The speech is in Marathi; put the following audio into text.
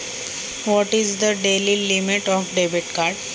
डेबिट कार्डची एका दिवसाची किती लिमिट असते?